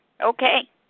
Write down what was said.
Okay